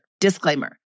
Disclaimer